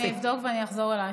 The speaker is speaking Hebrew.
אני אבדוק ואני אחזור אלייך.